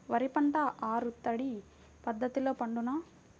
వరి పంట ఆరు తడి పద్ధతిలో పండునా?